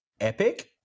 epic